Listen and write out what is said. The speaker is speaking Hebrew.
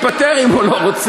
שיתפטר אם הוא לא רוצה.